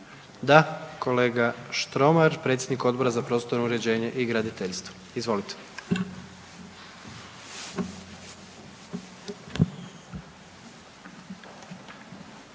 Da, kolega Štromar, predsjednik Odbora za prostorno uređenje i graditeljstvo, izvolite.